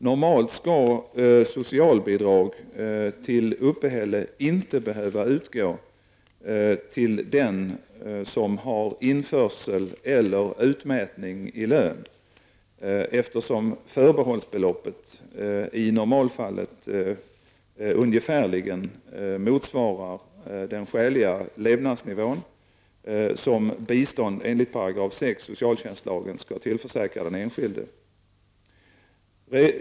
Normalt skall socialbidrag till uppehälle inte behöva utgå till den som har införsel eller utmätning i lön, eftersom förbehållsbeloppet i normalfallet ungefärligen motsvarar den skäliga levnadsnivå som bistånd enligt 6 § socialtjänstlagen skall tillförsäkra den enskilde.